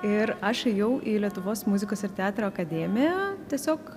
ir aš ėjau į lietuvos muzikos ir teatro akademiją tiesiog